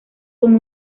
con